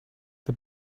the